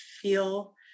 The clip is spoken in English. feel